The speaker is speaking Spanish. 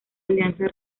alianza